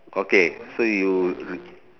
okay so you